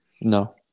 No